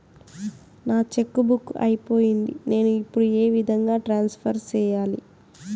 నా cheque book అయిపోయింది నేను ఇప్పుడు ఏ విధంగా ట్రాన్స్ఫర్ సేయాలి?